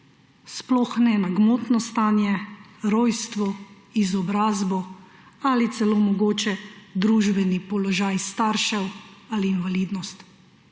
sploh ne po gmotnem stanju, rojstvu, izobrazbi ali celo mogoče družbenem položaju staršev ali invalidnosti.